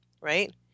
right